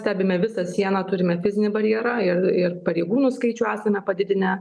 stebime visą sieną turime fizinį barjerą ir ir pareigūnų skaičių esame padidinę